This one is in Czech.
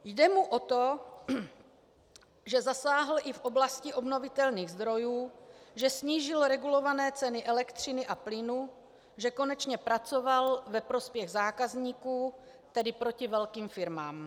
Jde mu o to, že zasáhl i v oblasti obnovitelných zdrojů, že snížil regulované ceny elektřiny a plynu, že konečně pracoval ve prospěch zákazníků, tedy proti velkým firmám.